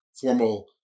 formal